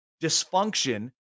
dysfunction